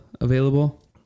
available